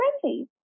friendly